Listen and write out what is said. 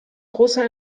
großer